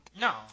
No